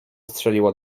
strzeliło